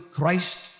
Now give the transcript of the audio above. Christ